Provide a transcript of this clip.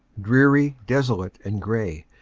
dreary, desolate and gray,